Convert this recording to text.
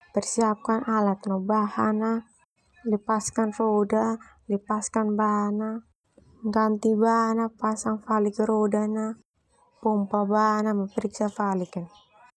Siapkan alat no bahan na lepaskan roda lepaskan ban na ganti ban pasang falik roda na.